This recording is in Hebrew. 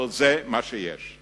אבל זה מה שיש.